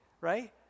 right